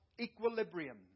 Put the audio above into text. equilibrium